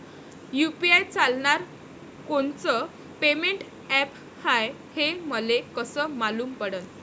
UPI चालणारं कोनचं payment app हाय, हे मले कस मालूम पडन?